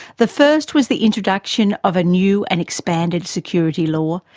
the first was the introduction of a new and expanded security law,